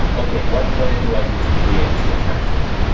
okay, what plan do i need to create to account for that?